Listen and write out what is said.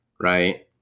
Right